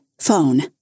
Phone